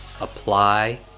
apply